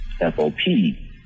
FOP